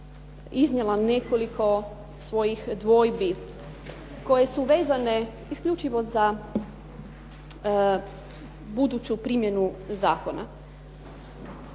iznijela nekoliko svojih dvojbi koje su vezane isključivo za buduću primjenu zakona.